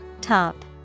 Top